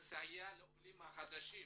שתסייע לעולים החדשים